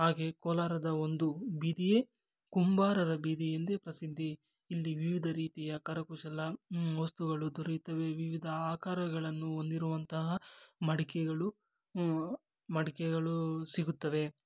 ಹಾಗೇ ಕೋಲಾರದ ಒಂದು ಬೀದಿಯೇ ಕುಂಬಾರರ ಬೀದಿ ಎಂದೇ ಪ್ರಸಿದ್ಧಿ ಇಲ್ಲಿ ವಿವಿಧ ರೀತಿಯ ಕರಕುಶಲ ವಸ್ತುಗಳು ದೊರೆಯುತ್ತವೆ ವಿವಿಧ ಆಕಾರಗಳನ್ನು ಹೊಂದಿರುವಂತಹ ಮಡಿಕೆಗಳು ಮಡಿಕೆಗಳು ಸಿಗುತ್ತವೆ